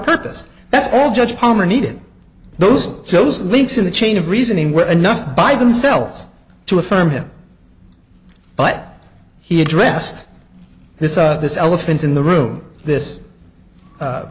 purpose that's all judge palmer needed those shows links in the chain of reasoning were enough by themselves to affirm him but he addressed this this elephant in the room this